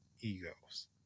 egos